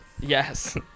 Yes